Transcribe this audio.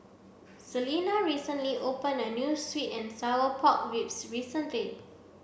Selina recently opened a new sweet and sour pork ribs restaurant